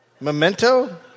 Memento